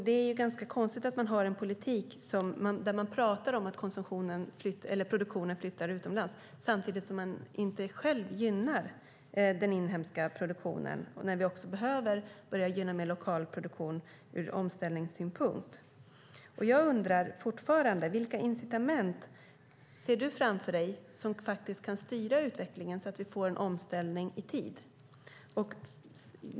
Det är ganska konstigt att man för en politik där man pratar om att produktionen flyttar utomlands samtidigt som man inte själv gynnar den inhemska produktionen när vi också behöver börja gynna mer lokal produktion ur omställningssynpunkt. Jag undrar fortfarande: Vilka incitament ser du framför dig som kan styra om utvecklingen så att vi får en omställning i tid?